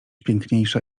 piękniejsza